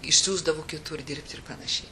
išsiųsdavo kitur dirbti ir panašiai